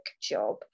job